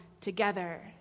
together